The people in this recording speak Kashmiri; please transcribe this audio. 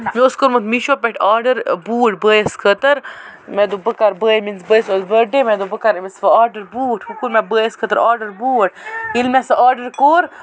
مےٚ اوس کوٚرمُت می شو پٮ۪ٹھ آرڈر بوٗٹھ بٲیِس خٲطر مےٚ دوٚپ بہٕ کر بٲ میٲنِس بٲیِس اوس بٔرڈے مےٚ دوٚپ بہٕ کر أمِس وَ آرڈر بوٗٹھ وَ کوٚر مےٚ بٲیِس خٲطر بوٗٹھ ییٚلہِ مےٚ سُہ آرڈر کوٚر